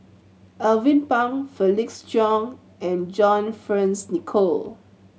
Alvin Pang Felix Cheong and John Fearns Nicoll